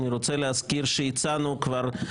אני רוצה להזכיר שהצענו כבר.